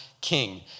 king